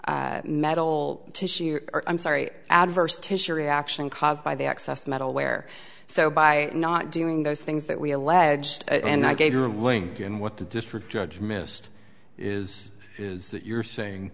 tissue i'm sorry adverse tissue reaction caused by the excess metal wear so by not doing those things that we alleged and i gave her link and what the district judge missed is is that you're saying